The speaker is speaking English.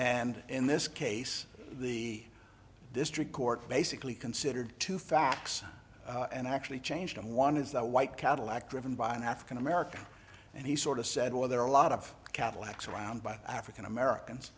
and in this case the district court basically considered two facts and actually changed them one is that white cadillac driven by an african american and he sort of said well there are a lot of cadillacs around by african americans